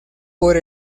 por